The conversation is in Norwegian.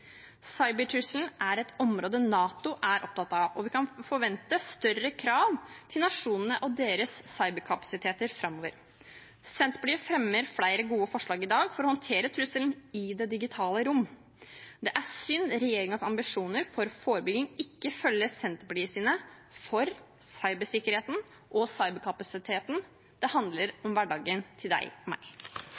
er et område NATO er opptatt av, og vi kan forvente større krav til nasjonene og deres cyberkapasiteter framover. Senterpartiet fremmer flere gode forslag i dag for å håndtere trusselen i det digitale rom. Det er synd regjeringens ambisjoner for forebygging ikke følger Senterpartiets ambisjoner for cybersikkerheten og cyberkapasiteten. Det handler om hverdagen til deg og meg.